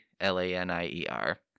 L-A-N-I-E-R